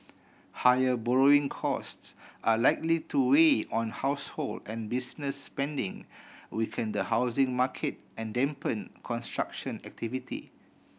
higher borrowing costs are likely to weigh on household and business spending weaken the housing market and dampen construction activity